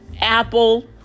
Apple